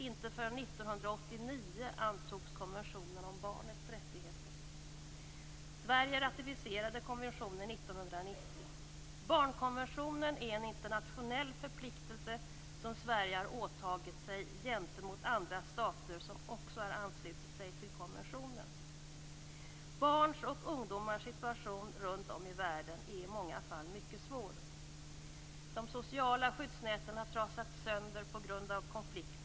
Inte förrän Sverige ratificerade konventionen 1990. Barnkonventionen är en internationell förpliktelse som Sverige har åtagit sig gentemot andra stater som också har anslutit sig till konventionen. Barns och ungdomars situation runtom i världen är i många fall mycket svår. De sociala skyddsnäten har trasats sönder på grund av konflikter.